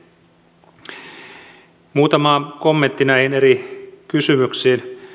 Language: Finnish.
muutama kommentti näihin eri kysymyksiin